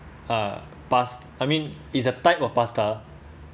uh past~ I mean is a type of pasta